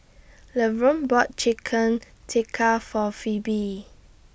Lavonne bought Chicken Tikka For Pheobe